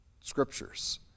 scriptures